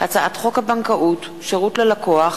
הצעת חוק הבנקאות (שירות ללקוח)